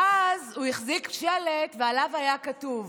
ואז הוא החזיק שלט ועליו היה כתוב